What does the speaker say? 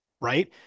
right